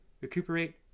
recuperate